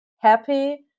happy